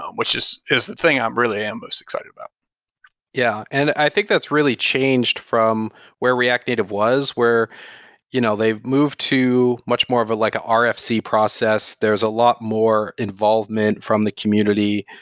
um which is is the thing i'm really am most excited about yeah. and i think that's really changed from where react native was, where you know they've moved to much more of a like a ah rfc process. there's a lot more involvement from the community.